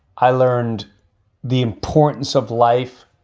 i learned the importance of life.